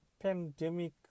pandemic